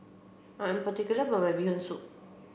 I am particular about my bee hoon soup